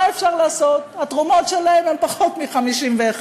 מה אפשר לעשות, התרומות שלהן הן פחות מ-51%.